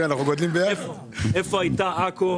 ואני רוצה לציין איפה הייתה עכו.